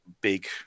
big